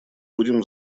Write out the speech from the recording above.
будем